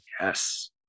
Yes